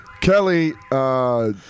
Kelly